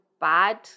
bad